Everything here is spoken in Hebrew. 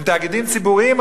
הם תאגידים ציבוריים,